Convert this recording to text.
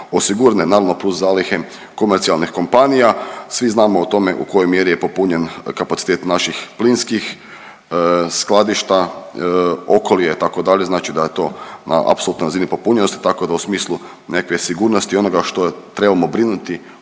osigurane. Naravno, plus zalihe komercijalnih kompanija, svi znamo o tome u kojoj mjeri je popunjen kapacitet naših plinskih skladišta, Okolija, itd., znači da je to na apsolutnoj razini popunjenosti, tako da u smislu nekakve sigurnosti i onoga što trebamo brinuti